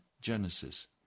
Genesis